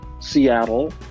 Seattle